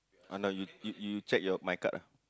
ah now you you check your my card lah